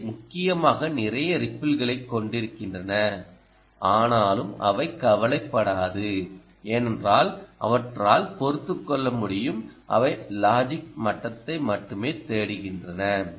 அவை முக்கியமாக நிறைய ரிப்பிள்களை கொண்டிருக்கின்றன ஆனாலும் அவை கவலைப்படாது ஏனென்றால் அவற்றால் பொறுத்துக்கொள்ள முடியும் அவை லாஜிக் மட்டத்தை மட்டுமே தேடுகின்றன